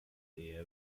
ehe